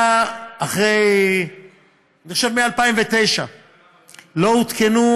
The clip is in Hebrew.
אני חושב שמ-2009 לא עודכנו